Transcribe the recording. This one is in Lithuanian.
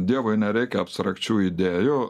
dievui nereikia abstrakčių idėjų